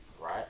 Right